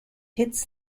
hits